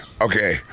Okay